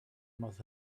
must